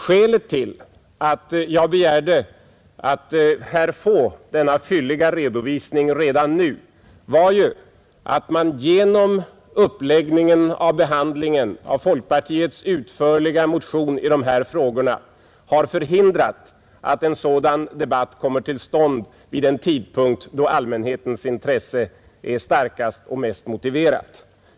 Skälet till att jag begärde att här få denna fylliga redovisning redan nu var ju att man genom uppläggningen av behandlingen av folkpartiets utförliga motion i dessa frågor har förhindrat att en sådan debatt kommer till stånd vid en tidpunkt då allmänhetens intresse är starkast och mest motiverat.